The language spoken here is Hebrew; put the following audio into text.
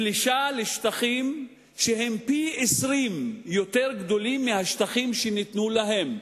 פלישה לשטחים שהם פי-20 יותר גדולים מהשטחים שניתנו להם.